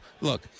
look